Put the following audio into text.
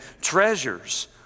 treasures